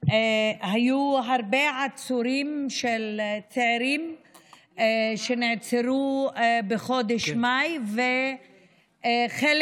היו הרבה עצורים צעירים שנעצרו בחודש מאי וחלק